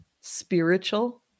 spiritual